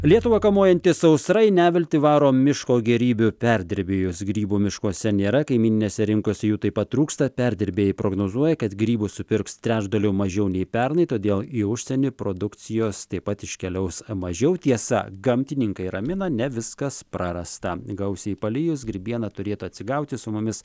lietuvą kamuojanti sausra į neviltį varo miško gėrybių perdirbėjus grybų miškuose nėra kaimyninėse rinkose jų taip pat trūksta perdirbėjai prognozuoja kad grybų supirks trečdaliu mažiau nei pernai todėl į užsienį produkcijos taip pat iškeliaus mažiau tiesa gamtininkai ramina ne viskas prarasta gausiai palijus grybiena turėtų atsigauti su mumis